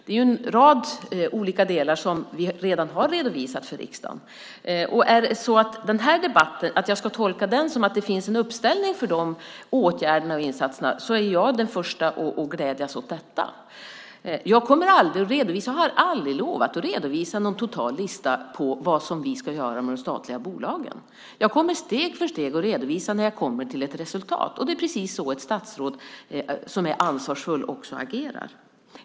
Vi har alltså redan redovisat en rad olika delar för riksdagen. Om jag ska tolka dagens debatt så att det finns en uppslutning bakom dessa åtgärder och insatser är jag den första att glädjas åt det. Jag har aldrig lovat att redovisa en total lista över vad vi ska göra med de statliga bolagen. Jag kommer att steg för steg redovisa resultaten när jag kommer fram till dem. Det är just så ett ansvarsfullt statsråd agerar.